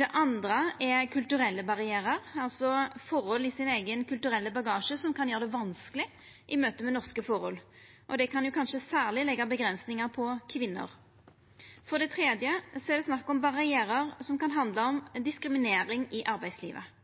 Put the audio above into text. Det andre er kulturelle barrierar, altså forhold i eigen kulturelle bagasje som kan gjera det vanskeleg i møte med norske forhold. Og det kan kanskje særleg verka avgrensande for kvinner. For det tredje er det snakk om barrierar som kan handla om diskriminering i arbeidslivet.